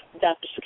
Dr